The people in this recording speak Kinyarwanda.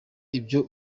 ibyo